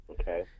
Okay